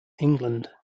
england